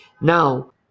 Now